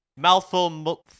mouthful